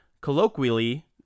Colloquially